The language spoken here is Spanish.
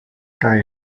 cae